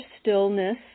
stillness